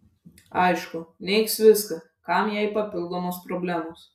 aišku neigs viską kam jai papildomos problemos